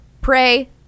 Pray